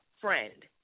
friend